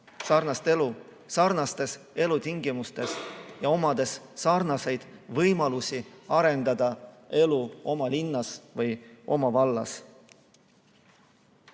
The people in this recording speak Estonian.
sarnast elu sarnastes elutingimustes ja omaksime sarnaseid võimalusi arendada elu oma linnas või oma vallas.Me